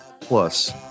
plus